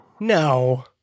No